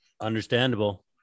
Understandable